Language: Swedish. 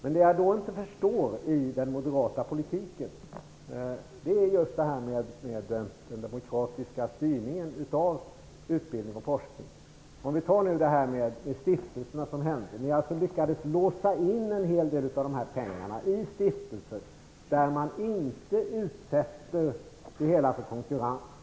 Men vad jag inte kan förstå i den moderata politiken är just detta med den demokratiska styrningen av utbildningen och forskningen. Angående t.ex. stiftelserna lyckades ni alltså låsa in en hel del av pengarna i stiftelser där man inte utsätter det hela för konkurrens.